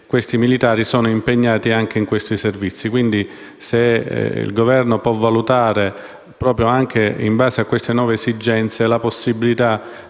questi militari siano impegnati anche in tali servizi. Quindi, chiedo se il Governo possa valutare, anche in base a queste nuove esigenze, la possibilità